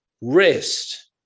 rest